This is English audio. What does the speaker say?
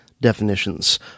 definitions